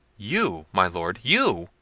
you! my lord! you!